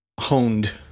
honed